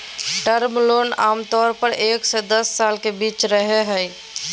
term loan आमतौर पर एक से दस साल के बीच रहय हइ